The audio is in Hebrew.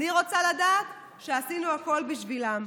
אני רוצה לדעת שעשינו הכול בשבילן.